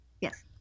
Yes